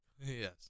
Yes